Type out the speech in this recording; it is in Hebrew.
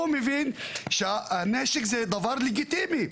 הוא מבין שהנשק זה דבר לגיטימי.